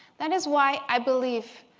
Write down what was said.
that is why i believe,